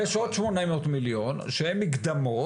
בנוסף, יש עוד שמונה מאות מיליון שהם מקדמות,